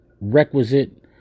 requisite